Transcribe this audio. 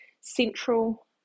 central